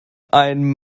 ein